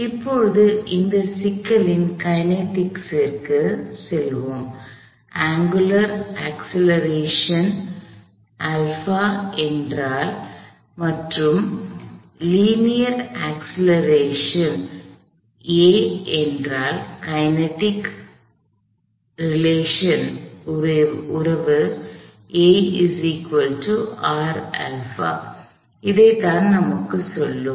எனவே இப்போது இந்த சிக்கலின் கைனெடிக்ஸ் க்கு kinetics இயக்கவியல் அங்குலார் அக்ஸ்லெரேஷன் angular acceleration கோண முடுக்கம் என்றால் மற்றும் லீனியர் அக்ஸ்லெரேஷன்linear acceleration நேரியல் முடுக்கம் a என்றால் கைனெடிக் உறவு இதைத்தான் நமக்குச் சொல்லும்